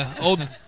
old